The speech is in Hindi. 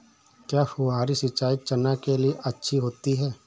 क्या फुहारी सिंचाई चना के लिए अच्छी होती है?